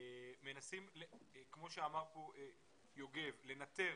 מנסים כמו שאמר יוגב לנטר